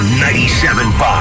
97.5